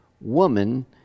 woman